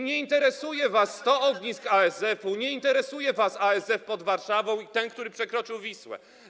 Nie interesuje was 100 ognisk ASF-u, nie interesuje was ASF pod Warszawą ani ten, który przekroczył Wisłę.